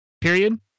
period